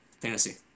fantasy